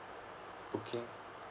okay